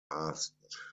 asked